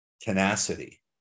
tenacity